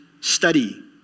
study